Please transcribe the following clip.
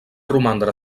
romandre